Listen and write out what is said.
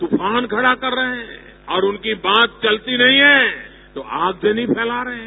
तुकान खड़ा कर रहे हैं और उनकी बात चलती नहीं है तो आगजनी फैला रहे हैं